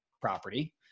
property